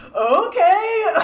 okay